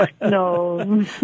No